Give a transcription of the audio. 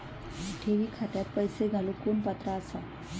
ठेवी खात्यात पैसे घालूक कोण पात्र आसा?